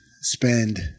spend